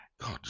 God